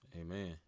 Amen